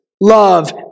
love